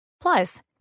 Plus